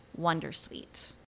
wondersuite